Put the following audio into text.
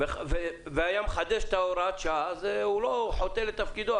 והיו מחדש את הוראת השעה, אז הם חוטאים לתפקידם.